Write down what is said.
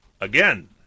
again